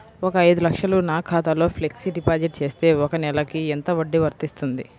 ఒక ఐదు లక్షలు నా ఖాతాలో ఫ్లెక్సీ డిపాజిట్ చేస్తే ఒక నెలకి ఎంత వడ్డీ వర్తిస్తుంది?